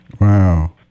Wow